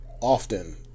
often